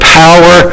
power